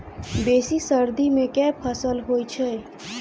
बेसी सर्दी मे केँ फसल होइ छै?